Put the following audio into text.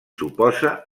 suposa